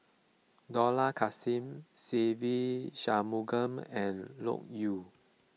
Dollah Kassim Se Ve Shanmugam and Loke Yew